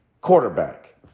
quarterback